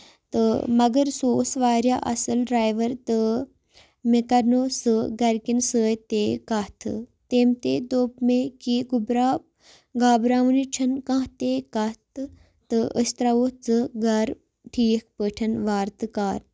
تہٕ مَگر سُہ اوس واریاہ اَصٕل ڈرایور تہٕ مےٚ کَرنوو سُہ گرِ کٮ۪ن سۭتۍ تہِ کَتھٕ تہٕ تٔمۍ تہِ دوٚپ مےٚ کہِ گوبرا گابراونٕچ چھےٚ نہٕ کانہہ کَتھ تہٕ أسۍ تراہوتھ ژٕ گرٕ ٹھیٖک پٲٹھۍ وارٕ تہٕ کارٕ